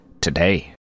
Today